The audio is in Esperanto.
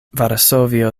varsovio